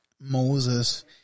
Moses